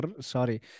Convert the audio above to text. sorry